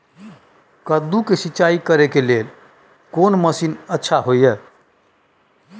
कद्दू के सिंचाई करे के लेल कोन मसीन अच्छा होय है?